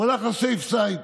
הוא הלך ל-safe side.